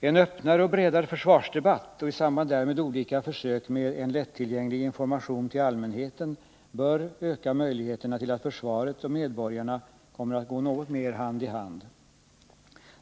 En öppnare och bredare försvarsdebatt och i samband därmed olika försök med en lättillgänglig information till allmänheten bör öka möjligheterna till att försvaret och medborgarna kommer att gå något mer hand i hand.